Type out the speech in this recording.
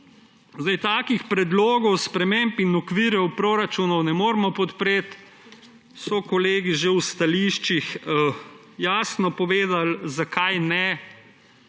Takih predlogov sprememb in okvirov proračunov ne moremo podpreti, že kolegi so v stališčih jasno povedali, zakaj ne.